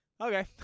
Okay